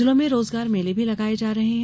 जिलों में रोजगार मेले भी लगाए जा रहे हैं